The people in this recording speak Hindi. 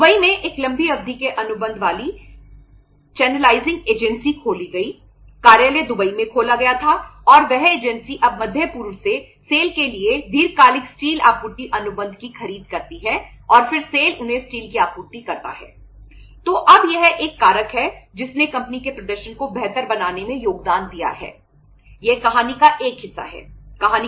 दुबई में एक लंबी अवधि के अनुबंध वाली चैनेलाइजिंग एजेंसी कम करनी होगी